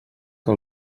que